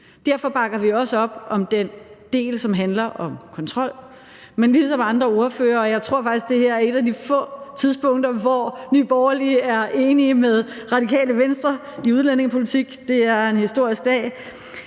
Derfor bakker vi også op om den del, som handler om kontrol, men ligesom andre ordførere – jeg tror faktisk, at det her er et af de få tidspunkter, hvor Nye Borgerlige er enige med Radikale Venstre i udlændingepolitik; det er en historisk dag